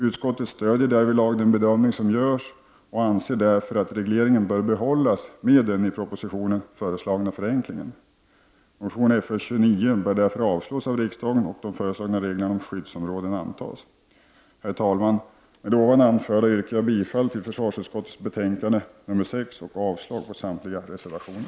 Utskottet stöder den bedömning som därvidlag görs och anser därför att regleringen bör behållas med den i propositionen föreslagna förenklingen. Motion Fö29 bör därför avslås av riksdagen och de föreslagna reglerna om skyddsområden antas. Herr talman! Med det anförda yrkar jag bifall till utskottets hemställan i försvarsutskottets betänkande 6 och avslag på samtliga reservationer.